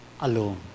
alone